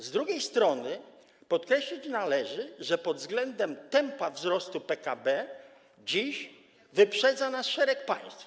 Z drugiej strony podkreślić należy, że pod względem tempa wzrostu PKB dziś wyprzedza nas szereg państw.